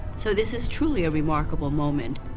so this is truly a remarkable moment.